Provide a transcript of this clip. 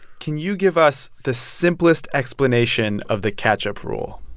can you give us the simplest explanation of the catch-up rule?